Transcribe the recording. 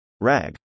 RAG